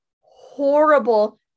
horrible